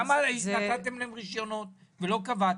למה אז נתתם להם רישיונות ולא קבעתם?